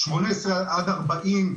בגילאים 40-18,